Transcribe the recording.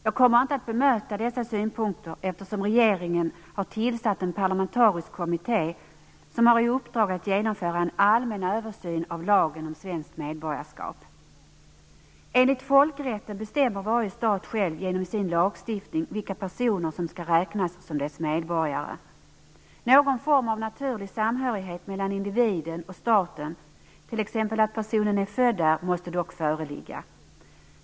Jag kommer inte att bemöta dessa synpunkter, eftersom regeringen har tillsatt en parlamentarisk kommitté som har i uppdrag att genomföra en allmän översyn av lagen om svenskt medborgarskap. Enligt folkrätten bestämmer varje stat själv genom sin lagstiftning vilka personer som skall räknas som dess medborgare. Någon form av naturlig samhörighet mellan individen och staten, t.ex. att personen är född i landet, måste dock föreligga.